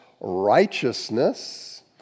righteousness